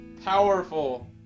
Powerful